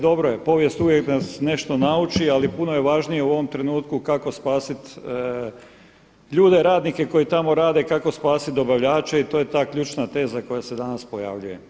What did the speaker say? Dobro je, povijest uvijek nas nešto nauči ali puno je važnije u ovom trenutku kako spasit ljude, radnike koji tamo rade, kako spasit dobavljače i to je ta ključna teza koja se danas pojavljuje.